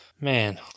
Man